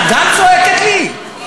את גם צועקת לי?